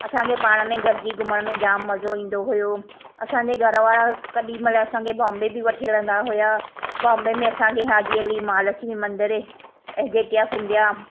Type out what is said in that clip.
असांखे पाण में गॾिजी घुमण में जाम मज़ो ईंदो हुओ असांजे घर वारा कॾी मतिलब असांखे बॉम्बे बि वठी हलंदा हुआ बॉम्बे में असांखे हाजी अली महालशमी मंदिर ऐं गेटवे ऑफ इंडिया